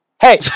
Hey